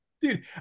Dude